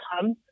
come